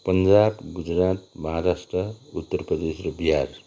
पन्जाब गुजरात महाराष्ट्र उत्तर प्रदेश र बिहार